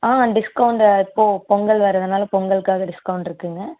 ஆ discount இப்போது பொங்கல் வர்றதுனால் பொங்கலுக்காக டிஸ்கவுண்ட்டு இருக்குதுங்க